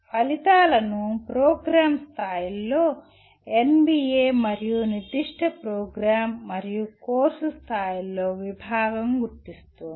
ఫలితాలను ప్రోగ్రామ్ స్థాయిలో ఎన్బిఎ మరియు నిర్దిష్ట ప్రోగ్రామ్ మరియు కోర్సు స్థాయిలలో విభాగం గుర్తిస్తుంది